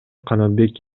канатбек